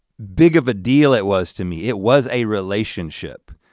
big of a deal it was to me. it was a relationship